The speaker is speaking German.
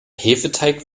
hefeteig